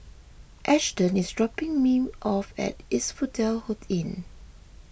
Ashton is dropping me off at Asphodel Inn